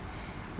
um